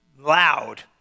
loud